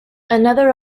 another